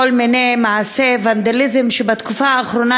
מיני מעשי ונדליזם שבתקופה האחרונה,